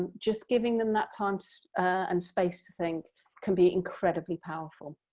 and just giving them that time so and space to think can be incredibly powerful.